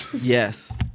Yes